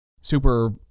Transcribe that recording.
Super